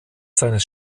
seines